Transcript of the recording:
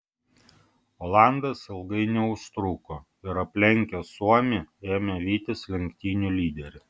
olandas ilgai neužtruko ir aplenkęs suomį ėmė vytis lenktynių lyderį